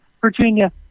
Virginia